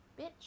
bitch